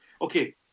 okay